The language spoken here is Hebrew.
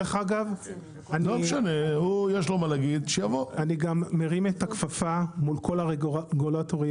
דרך אגב אני גם מרים את הכפפה מול כל הרגולטורים,